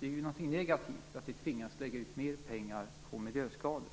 Det är ju någonting negativt att vi tvingas lägga ut mer pengar på miljöskador.